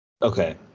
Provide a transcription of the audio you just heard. Okay